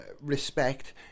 respect